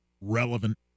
relevant